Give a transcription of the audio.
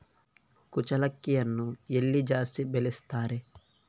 ಕುಚ್ಚಲಕ್ಕಿಯನ್ನು ಎಲ್ಲಿ ಜಾಸ್ತಿ ಬೆಳೆಸ್ತಾರೆ?